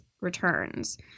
returns